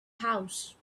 house